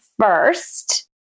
first